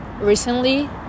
recently